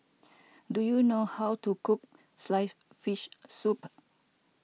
do you know how to cook Sliced Fish Soup